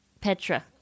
Petra